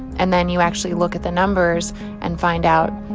and then you actually look at the numbers and find out,